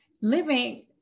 living